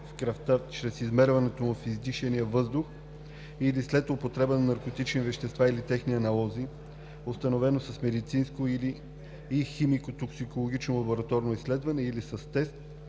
в кръвта чрез измерването му в издишания въздух, или след употреба на наркотични вещества или техни аналози, установена с медицинско и химико-токсикологично лабораторно изследване или с тест,